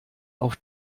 auf